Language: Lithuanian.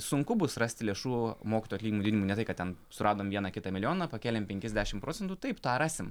sunku bus rasti lėšų mokytojų atlyginimų didinimui ne tai kad ten suradom vieną kitą milijoną pakėlėm penkis dešim procentų taip tą rasim